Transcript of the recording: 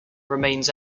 remains